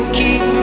keep